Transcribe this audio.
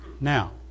Now